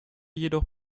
jedoch